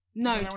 No